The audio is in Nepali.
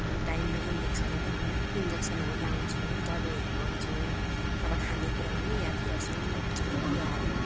अनि टाइममा इन्जेक्सहरू लाउनु इन्जेक्सनहरू लाउँँछौँ दबाईहरू खुवाउँछौँ अब खाने कुरामा पनि याद गर्छौँ अब झोल कुराहरू